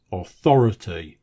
authority